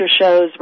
shows